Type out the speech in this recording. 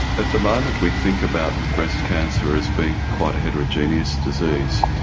at the moment we think about breast cancer as being quite a heterogeneous disease.